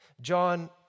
John